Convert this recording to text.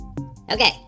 Okay